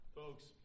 folks